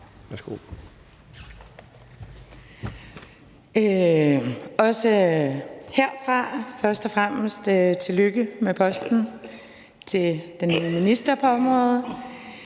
også herfra lyde et tillykke med posten til den nye minister på området.